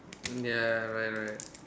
ya right right